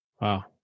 Wow